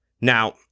now